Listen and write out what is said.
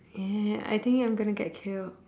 eh I think I'm gonna get killed